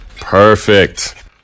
Perfect